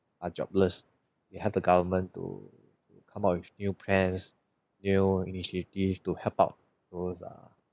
are jobless we have the government to come up with new plans new initiatives to help out those uh